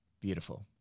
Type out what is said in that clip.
beautiful